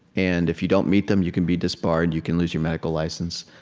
and if you don't meet them, you can be disbarred. you can lose your medical license.